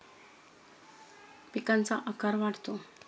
पिकांचा आकार वाढतो